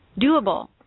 doable